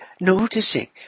noticing